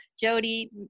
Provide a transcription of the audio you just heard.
Jody